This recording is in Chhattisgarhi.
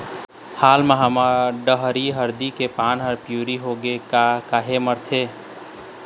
हाल मा हमर डहर हरदी के पान हर पिवरी होके काहे मरथे?